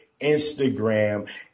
Instagram